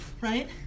right